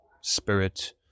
spirit